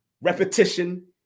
repetition